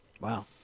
Wow